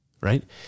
right